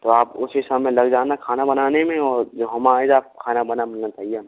तो आप उसी समय लग जाना खाना बनाने में और जब हम आएं तो खाना बना मिलना चाहिए हम